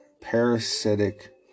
parasitic